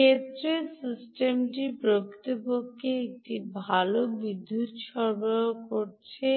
ক্ষেত্রের সিস্টেমটি প্রকৃতপক্ষে একটি ভাল বিদ্যুৎ সরবরাহ করছে